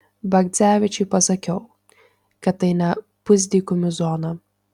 bagdzevičiui pasakiau kad tai ne pusdykumių zona